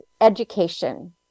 education